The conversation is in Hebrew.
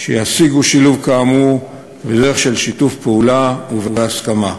שישיגו שילוב כאמור בדרך של שיתוף פעולה ובהסכמה.